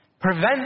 prevent